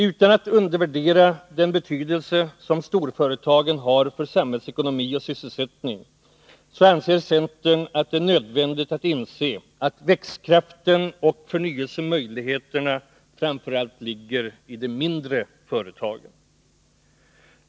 Utan att undervärdera den betydelse som storföretagen har för samhällsekonomi och sysselsättning, anser centern att det är nödvändigt att inse att växtkraften och förnyelsemöjligheterna ligger i framför allt de mindre företagen.